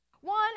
One